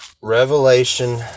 Revelation